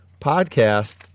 podcast